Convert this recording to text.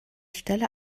stelle